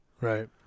Right